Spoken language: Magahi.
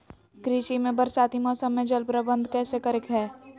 कृषि में बरसाती मौसम में जल प्रबंधन कैसे करे हैय?